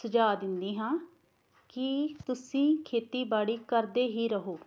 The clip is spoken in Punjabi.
ਸੁਝਾਅ ਦਿੰਦੀ ਹਾਂ ਕਿ ਤੁਸੀਂ ਖੇਤੀਬਾੜੀ ਕਰਦੇ ਹੀ ਰਹੋ